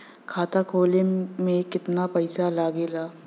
खाता खोले में कितना पईसा लगेला?